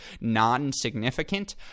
non-significant